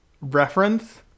reference